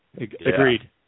Agreed